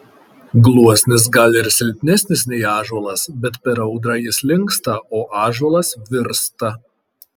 gluosnis gal ir silpnesnis nei ąžuolas bet per audrą jis linksta o ąžuolas virsta